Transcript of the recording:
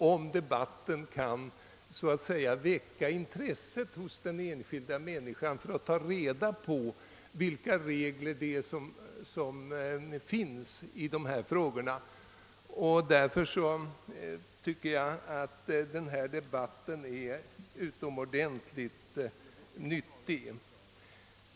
Om debatten kan väcka intresse hos den enskilda människan för att ta reda på vilka regler som finns tycker jag att den är utomordentligt nyttig.